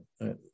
Right